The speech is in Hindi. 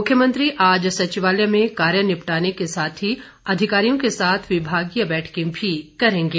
मुख्यमंत्री आज सचिवालय में कार्य निपटाने के साथ ही अधिकारियों के साथ विभागीय बैठकें भी करेंगे